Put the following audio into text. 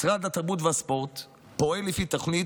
משרד התרבות והספורט פועל לפי תוכנית